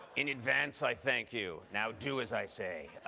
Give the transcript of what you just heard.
in advance, i thank you. now, do as i say!